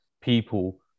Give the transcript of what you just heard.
people